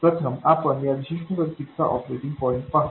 प्रथम आपण या विशिष्ट सर्किटचा ऑपरेटिंग पॉईंट पाहू